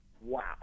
wow